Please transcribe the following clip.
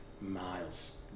miles